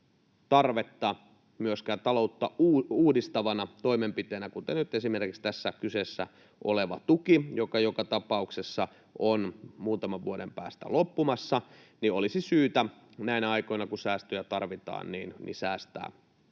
tarvetta myöskään taloutta uudistavina toimenpiteinä, kuten nyt esimerkiksi tässä kyseessä oleva tuki, joka joka tapauksessa on muutaman vuoden päästä loppumassa, ja jotka olisi syytä näinä aikoina, kun säästöjä tarvitaan, säästää